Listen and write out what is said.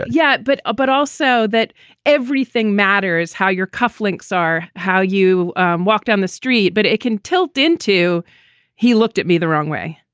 yeah. but ah but also that everything matters, how your cufflinks are, how you walk down the street. but it can tilt into he looked at me the wrong way,